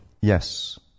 Yes